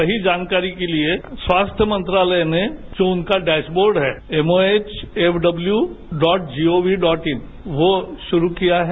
सही जानकारी के लिए स्वास्थ्य मंत्रालय ने जो उनका डेशबोर्ड है MOHFW dot GOV dot in वो शुरु किया है